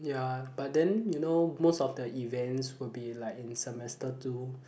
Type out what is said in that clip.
ya but then you know most of the events will be like in semester two